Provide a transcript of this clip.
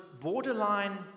borderline